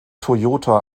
toyota